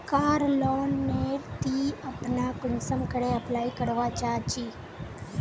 कार loan नेर ती अपना कुंसम करे अप्लाई करवा चाँ चची?